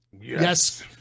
Yes